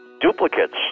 duplicates